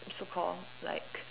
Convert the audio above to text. so called like